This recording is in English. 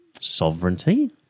sovereignty